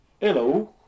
Hello